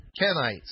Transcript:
Kenites